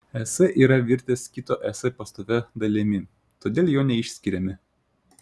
es yra virtęs kito es pastovia dalimi todėl jo neišskiriame